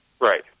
Right